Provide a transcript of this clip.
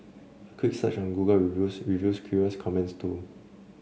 a quick search on Google Reviews reveals curious comments too